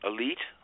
Elite